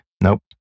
Nope